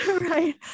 Right